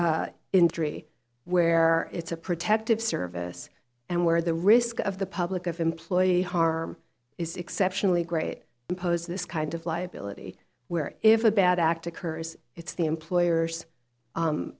age injury where it's a protective service and where the risk of the public of employee harm is exceptionally great impose this kind of liability where if a bad act occurs it's the employer's